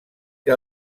que